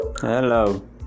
hello